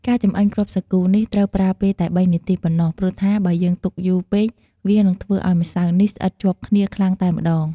ការចម្អិនគ្រាប់សាគូនេះត្រូវប្រើពេលតែ៣នាទីប៉ុណ្ណោះ ព្រោះថា បើយើងទុកយូរពេក វានឹងធ្វើឲ្យម្សៅនេះស្អិតជាប់គ្នាខ្លាំងតែម្ដង។